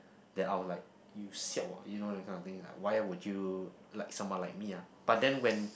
that I am like you siao ah you know that kind of thing like why would you like someone like me ah but then when